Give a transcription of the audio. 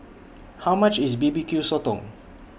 How much IS B B Q Sotong